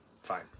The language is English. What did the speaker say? fine